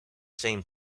same